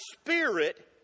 Spirit